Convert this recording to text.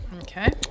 Okay